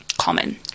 common